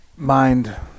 Mind